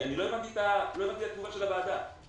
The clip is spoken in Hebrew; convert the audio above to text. לא הבנתי את התשובה של הוועדה.